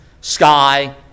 sky